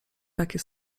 takie